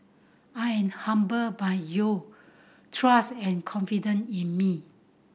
I am humbled by you trust and confident in me